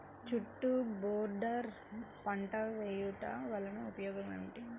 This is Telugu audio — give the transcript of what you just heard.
చుట్టూ బోర్డర్ పంట వేయుట వలన ఉపయోగం ఏమిటి?